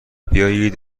بیایید